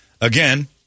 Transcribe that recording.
again